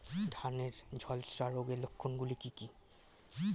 ধানের ঝলসা রোগের লক্ষণগুলি কি কি?